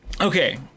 Okay